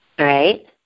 Right